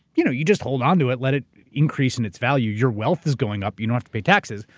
you know you just hold onto it, let it increase in its value. your wealth is going up. you don't have to pay taxes.